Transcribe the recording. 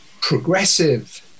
progressive